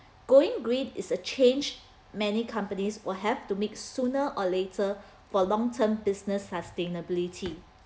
going green is a change many companies will have to make sooner or later for long term business sustainability